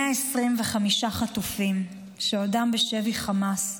125 חטופים שעודם בשבי חמאס,